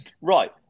Right